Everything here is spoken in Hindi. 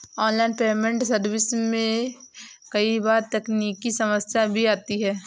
ऑनलाइन पेमेंट सर्विस में कई बार तकनीकी समस्याएं भी आती है